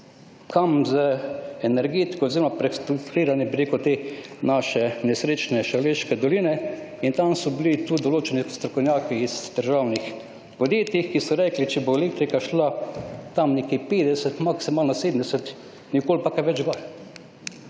kam z energetiko oziroma s prestrukturiranjem te naše nesrečne Šaleške doline in tam so bili tudi določeni strokovnjaki iz državnih podjetij, ki so rekli, da bo elektrika šla tam nekje 50, maksimalno 70, nikoli pa kaj več gor.